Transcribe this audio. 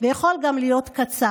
והוא יכול גם להיות קצר,